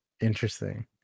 Interesting